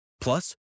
Plus